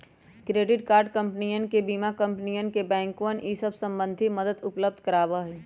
credit card कंपनियन बीमा कंपनियन बैंकवन ई सब संबंधी मदद उपलब्ध करवावा हई